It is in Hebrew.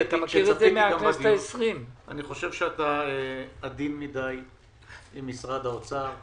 אני חושב שאתה עדין מדי עם משרד האוצר,